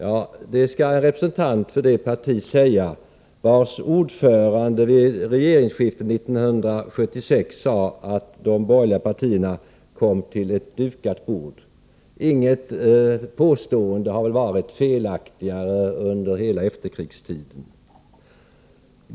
Ja, det skall en representant för det parti säga vars ordförande vid regeringsskiftet 1976 sade att de borgerliga partierna kom till ett dukat bord. Inget påstående under hela efterkrigstiden har väl varit felaktigare.